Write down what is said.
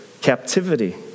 captivity